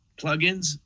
plugins